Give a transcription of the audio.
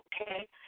Okay